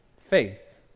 faith